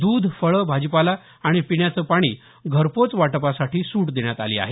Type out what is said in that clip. दूध फळ भाजीपाला आणि पिण्याचं पाणी घरपोच वाटपासाठी सूट देण्यात आली आहे